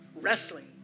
wrestling